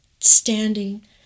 standing